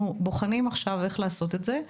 אנחנו בוחנים עכשיו איך לעשות את זה.